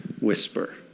whisper